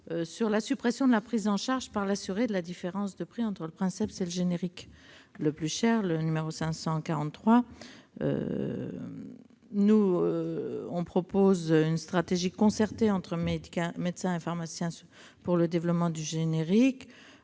vise à supprimer la prise en charge par l'assuré de la différence de prix entre le princeps et le générique le plus cher. Pour notre part, nous proposons une stratégie concertée entre médecins et pharmaciens pour le développement des génériques.